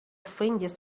fringes